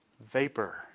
vapor